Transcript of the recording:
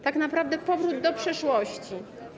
Tak naprawdę powrót do przeszłości.